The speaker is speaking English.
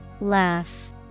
Laugh